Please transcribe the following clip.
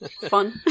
Fun